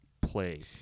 play